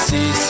See